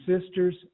sisters